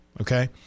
Okay